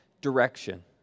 direction